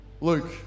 Luke